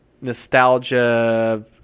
nostalgia